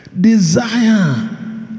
desire